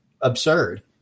absurd